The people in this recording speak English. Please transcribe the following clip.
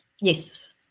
yes